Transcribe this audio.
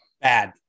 Bad